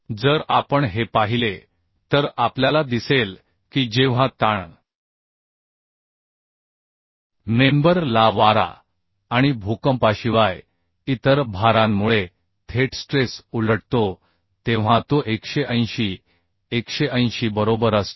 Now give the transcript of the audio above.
जर आपण हे पाहिले तर आपल्याला दिसेल की जेव्हा ताण मेंबर ला वारा आणि भूकंपाशिवाय इतर भारांमुळे थेट स्ट्रेस उलटतो तेव्हा तो 180 180 बरोबर असतो